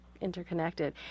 interconnected